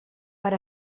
per